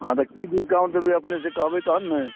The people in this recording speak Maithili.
हँ तऽ की डिस्काउन्ट देबै अपने से कहबै तहन ने